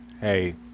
hey